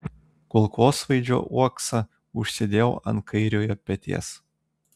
kulkosvaidžio uoksą užsidėjau ant kairiojo peties